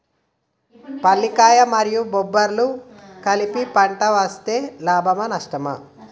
పల్లికాయలు మరియు బబ్బర్లు కలిపి పంట వేస్తే లాభమా? నష్టమా?